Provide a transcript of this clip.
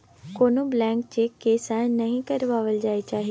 कोनो blank cheque केँ sign नहि करबाक चाही